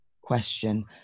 question